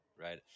right